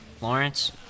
Lawrence